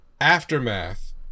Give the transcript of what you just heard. aftermath